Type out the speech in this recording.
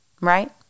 right